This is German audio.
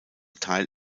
teil